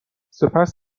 سپس